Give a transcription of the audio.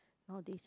nowadays